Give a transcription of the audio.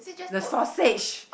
the sausage